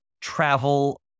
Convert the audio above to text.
travel